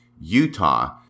Utah